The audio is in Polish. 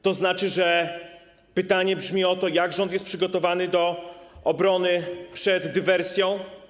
To znaczy, że pytania brzmią: Jak rząd jest przygotowany do obrony przed dywersją?